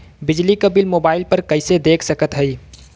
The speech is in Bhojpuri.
बिजली क बिल मोबाइल पर कईसे देख सकत हई?